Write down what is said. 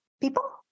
people